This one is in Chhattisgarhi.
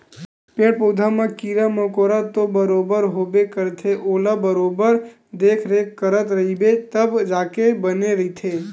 पेड़ पउधा म कीरा मकोरा तो बरोबर होबे करथे ओला बरोबर देखरेख करत रहिबे तब जाके बने रहिथे